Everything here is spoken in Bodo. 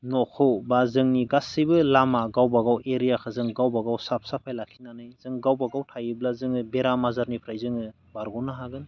न'खौ बा जोंनि गासैबो लामा गावबा गाव एरियाखौ जों गावबा गाव साफ साफाय लाखिनानै जों गावबा गाव थायोब्ला जोङो बेराम आजारनिफ्राय जोङो बारग'नो हागोन